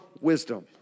wisdom